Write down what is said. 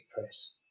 press